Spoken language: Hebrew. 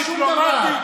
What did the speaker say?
אנחנו לא נעשה שום דבר,